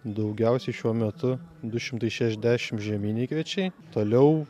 daugiausiai šiuo metu du šimtai šešiasdešim žieminiai kviečiai toliau